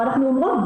ואנחנו אומרות,